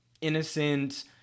innocent